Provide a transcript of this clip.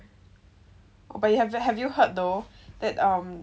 but you have you have you heard though that um